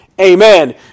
Amen